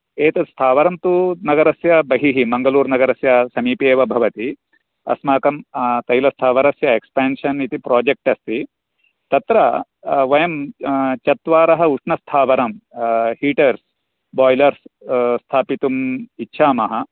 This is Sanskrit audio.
एतत् स्थावरं तु बहिः मङ्गलूरुनगरस्य समीपे एव अस्ति अस्माकं तैलस्थावरस्यएक्पेन्षन् इति प्राजेक्ट् अस्ति तत्र वयं चत्वारः उष्णस्थावरं हीटर्स् बाल्यर्स् स्थापितुम् इच्छामः